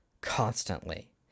Constantly